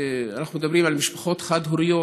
אם אנחנו מדברים על משפחות חד-הוריות,